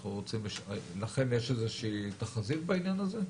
לכם יש איזושהי תחזית בעניין הזה,